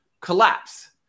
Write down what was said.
collapse